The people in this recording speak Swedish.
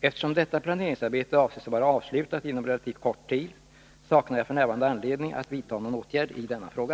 Eftersom detta planeringsarbete avses vara avslutat inom relativt kort tid, saknar jag f. n. anledning att vidta någon åtgärd i denna fråga.